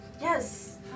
Yes